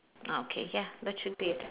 ah okay ya that should be it